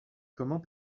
comment